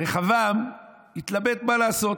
רחבעם התלבט מה לעשות,